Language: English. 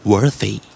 Worthy